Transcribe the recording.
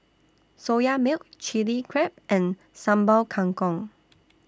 Soya Milk Chilli Crab and Sambal Kangkong